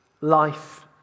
life